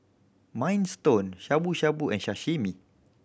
Minestrone Shabu Shabu and Sashimi